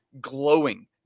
glowing